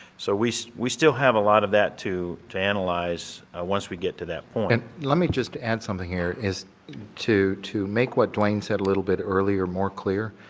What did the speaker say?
so we we still have a lot of that to to analyze once we get to that point. let me just add something here is to to make what dwayne said a little bit earlier more clear.